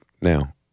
now